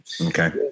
Okay